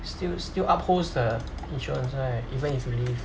still still upholds the insurance right even if you leave